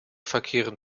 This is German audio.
verkehren